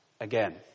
again